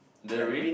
the ring